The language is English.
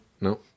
No